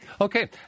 Okay